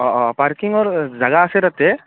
অ' অ' পাৰ্কিঙৰ জেগা আছে তাতে